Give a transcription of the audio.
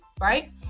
right